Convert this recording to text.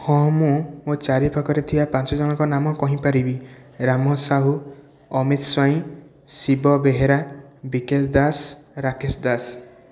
ହଁ ମୁଁ ମୋ ଚାରିପାଖରେ ଥିବା ପାଞ୍ଚଜଣଙ୍କ ନାମ କହିଁପାରିବି ରାମ ସାହୁ ଅମିତ ସ୍ୱାଇଁ ଶିବ ବେହେରା ବିକାଶ ଦାସ ରାକେଶ ଦାସ